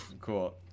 Cool